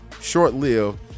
short-lived